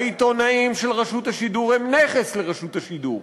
העיתונאים של רשות השידור הם נכס לרשות השידור,